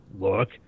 look